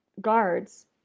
guards